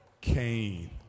Cain